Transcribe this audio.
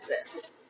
exist